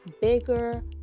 bigger